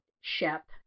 shep